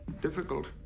difficult